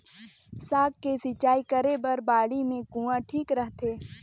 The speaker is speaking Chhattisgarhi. साग के सिंचाई करे बर बाड़ी मे कुआँ ठीक रहथे?